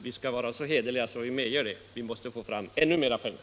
Vi skall vara så hederliga att vi medger det. Vi måste få fram ännu mera pengar.